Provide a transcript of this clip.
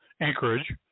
Anchorage